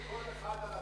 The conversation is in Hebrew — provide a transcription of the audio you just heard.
הם גם החתימו כל אחד על,